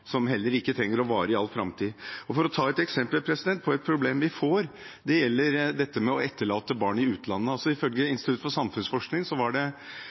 som heller ikke trenger å vare for all framtid. Et eksempel på et problem vi får, handler om å etterlate barn i utlandet. Ifølge en rapport fra Institutt for samfunnsforskning var det ca. 3 460 barn som var etterlatt i utlandet på det